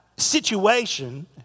situation